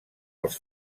els